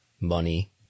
money